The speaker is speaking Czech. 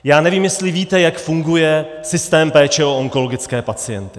Já nevím, jestli víte, jak funguje systém péče o onkologické pacienty.